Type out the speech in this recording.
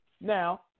Now